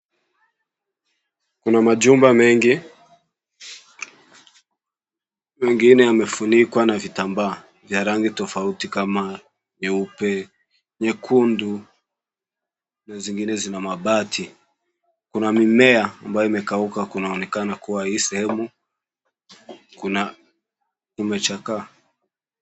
Kuna majumba mengi, mengine yamefunikwa na vitambaa, vya rangi tofauti kama nyeupe, nyekundu, zingine zina mabati. Kuna mimea ambayo imekauka, kunaonekana kuwa hii sehemu kumechakaa.